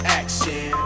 action